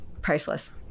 priceless